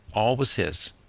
all was his.